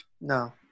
No